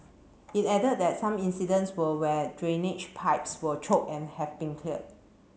it added that some incidents were where drainage pipes were choked and have been cleared